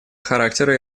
характера